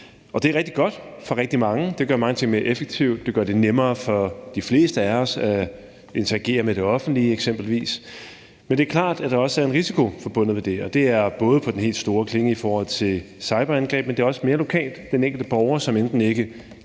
Og det er rigtig godt for rigtig mange. Det gør mange ting mere effektive. Det gør det nemmere for de fleste af os at interagere med det offentlige, eksempelvis. Men det er klart, at der også er en risiko forbundet med det, og det er både på den helt store klinge i forhold til cyberangreb, men det er også mere lokalt den enkelte borger, som enten ikke kan